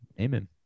Amen